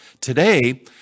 Today